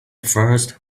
first